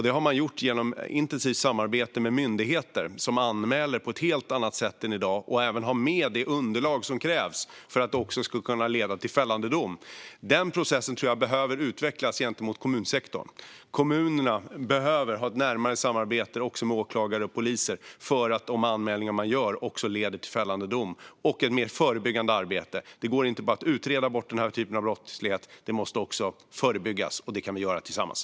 Det har man gjort genom intensivt samarbete med myndigheter, som anmäler på ett helt annat sätt i dag och även har med de underlag som krävs för att det ska kunna leda till fällande dom. Den processen tror jag behöver utvecklas gentemot kommunsektorn. Kommunerna behöver också ha ett närmare samarbete med åklagare och poliser för att de anmälningar man gör också ska leda till fällande dom. De måste även ha mer förebyggande arbete. Det går inte att bara utreda bort den här typen av brottslighet. Den måste också förebyggas, och det kan vi göra tillsammans.